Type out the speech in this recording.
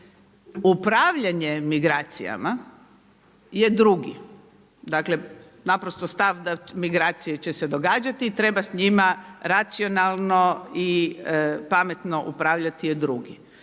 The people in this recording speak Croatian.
Upravljanje migracijama je drugi. Dakle, naprosto stav da migracije će se događati i treba s njima racionalno i pametno upravljati je drugi.